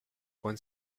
con